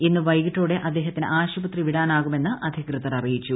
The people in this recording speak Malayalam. ഇന്ന് വൈകീട്ടോടെ അദ്ദേഹത്തിന് ആശുപത്രി ് വിടാനാകുമെന്ന് അധികൃതർ അറിയിച്ചു